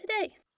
today